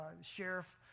sheriff